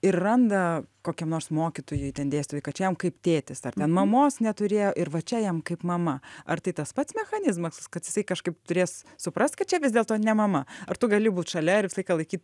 ir randa kokiam nors mokytojui ten dėstytojui kad čia jam kaip tėtis ar ten mamos neturėjo ir va čia jam kaip mama ar tai tas pats mechanizmas kad jisai kažkaip turės suprast kad čia vis dėlto ne mama ar tu gali būt šalia ir visą laiką laikyt